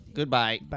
Goodbye